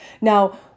Now